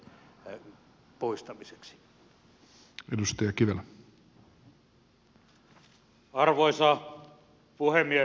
arvoisa puhemies